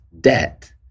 debt